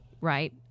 Right